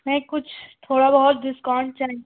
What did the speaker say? نہیں کچھ تھوڑا بہت ڈسکاؤنٹ چاہیے